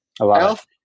Elf